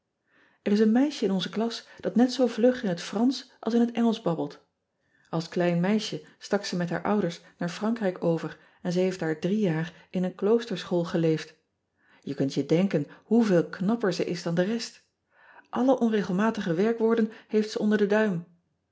r is een meisje in onze klas dat net zoo vlug in het ransch als in hat ngelsch babbelt ls klein meisje stak ze met haar ouders naar rankrijk over en ze heeft daar drie jaar in een kloosterschool geleefd e kunt je denken hoeveel knapper ze is dan de rest lle onregelmatige werkwoorden heeft ze onder den duim